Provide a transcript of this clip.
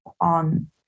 on